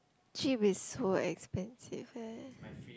jeep is so expensive leh